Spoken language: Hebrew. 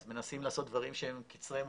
אז מנסים לעשות דברים שהם קצרי מועד.